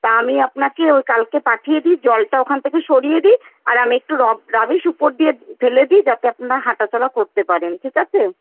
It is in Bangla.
তা আমি আপনাকে ওই কালকে পাঠিয়ে দিই জলটা ওখান থেকে সরিয়ে দিই আর আমি একটু রাবিশ উপর দিয়ে ফেলে দিই যাতে আপনারা হাঁটা চলা করতে পারেন ঠিক আছে